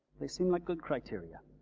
they seem like good criteria.